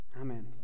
amen